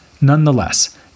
Nonetheless